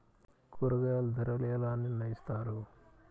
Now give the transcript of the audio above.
కూరగాయల ధరలు ఎలా నిర్ణయిస్తారు?